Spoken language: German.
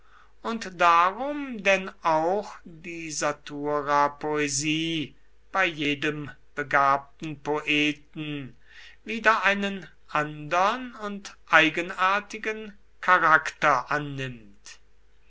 und darum denn auch die saturapoesie bei jedem begabten poeten wieder einen andern und eigenartigen charakter annimmt